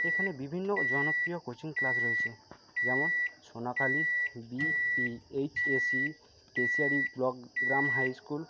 এখানে বিভিন্ন জনপ্রিয় কোচিং ক্লাস রয়েছে যেমন সোনাখালি বিপিএইচএসসি কেশিয়ারি ব্লক গ্রাম হাই স্কুল